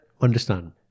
understand